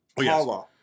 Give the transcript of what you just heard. Paula